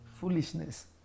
foolishness